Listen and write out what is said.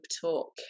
talk